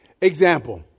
Example